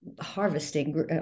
harvesting